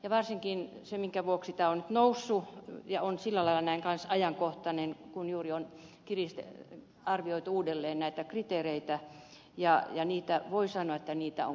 ja se minkä vuoksi tämä on nyt noussut esille ja on sillä lailla ajankohtainen on se että juuri on arvioitu uudelleen näitä kriteereitä ja voi sanoa että niitä on kiristetty